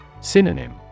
Synonym